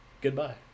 Goodbye